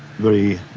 very,